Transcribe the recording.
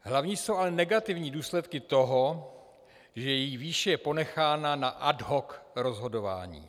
Hlavní jsou ale negativní důsledky toho, že její výše je ponechána na ad hoc rozhodování.